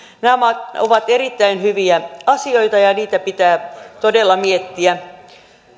nämä ovat ovat erittäin hyviä asioita ja ja niitä pitää todella miettiä